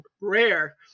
rare